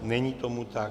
Není tomu tak.